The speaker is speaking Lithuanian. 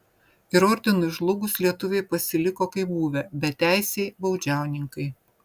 ir ordinui žlugus lietuviai pasiliko kaip buvę beteisiai baudžiauninkai